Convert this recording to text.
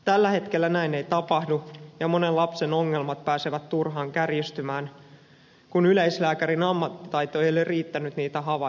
tällä hetkellä näin ei tapahdu ja monen lapsen ongelmat pääsevät turhaan kärjistymään kun yleislääkärin ammattitaito ei ole riittänyt niitä havaitsemaan